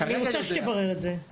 אני רוצה שתברר את זה.